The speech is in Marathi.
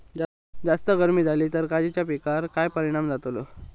जास्त गर्मी जाली तर काजीच्या पीकार काय परिणाम जतालो?